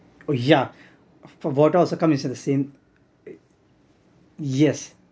oh yeah for water also come into the same yes